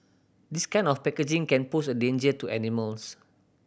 this kind of packaging can pose a danger to animals